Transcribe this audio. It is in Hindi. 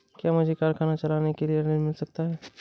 क्या मुझे कारखाना चलाने के लिए ऋण मिल सकता है?